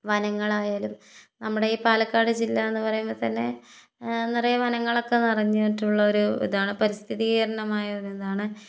വനങ്ങളായാലും നമ്മുടെ ഈ പാലക്കാട് ജില്ല എന്ന് പറയുമ്പോൾ തന്നെ നിറയെ വനങ്ങള് ഒക്കെ നിറഞ്ഞിട്ടുള്ള ഒരു ഇതാണ് പാരിസ്ഥിതികരണമായ ഒരു ഇതാണ്